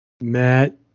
Matt